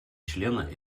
члена